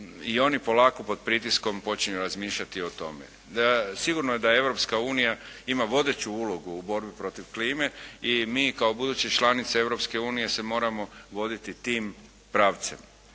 i oni polako pod pritiskom počinju razmišljati o tome. Sigurno je da Europska unija ima vodeću ulogu u borbi protiv klime i mi kao buduće članice Europske unije se moramo voditi tim pravcem.